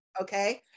Okay